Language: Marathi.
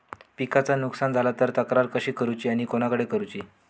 पिकाचा नुकसान झाला तर तक्रार कशी करूची आणि कोणाकडे करुची?